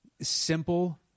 simple